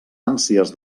ànsies